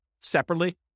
separately